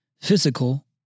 physical